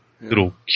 little